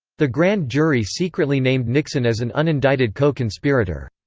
the grand jury secretly named nixon as an unindicted co-conspirator.